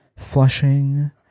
Flushing